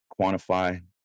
quantify